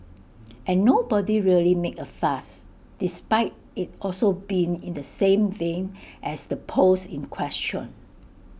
and nobody really made A fuss despite IT also being in the same vein as the post in question